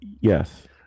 Yes